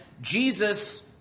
Jesus